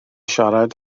siarad